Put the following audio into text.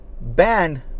banned